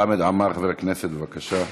חבר הכנסת חמד עמאר, בבקשה.